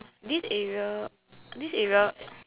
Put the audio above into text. this area this area